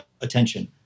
attention